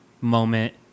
moment